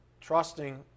trusting